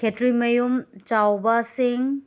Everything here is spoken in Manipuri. ꯈꯦꯇ꯭ꯔꯤꯃꯌꯨꯝ ꯆꯥꯎꯕ ꯁꯤꯡ